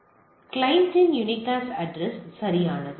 எனவே கிளையண்டின் unicast address சரியானது